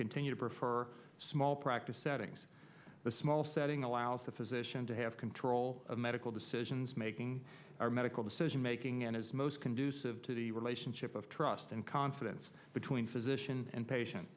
continue to prefer small practice settings the small setting allows the physician to have control of medical decisions making our medical decision making and is most conducive to the relationship of trust and confidence between physician and patient